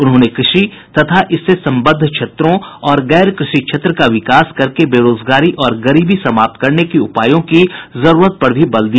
उन्होंने क्र षि तथा इससे संबद्ध क्षेत्रों और गैर कृषि क्षेत्र का विकास करके बेरोजगारी और गरीबी समाप्त करने के उपायों की जरूरत पर भी बल दिया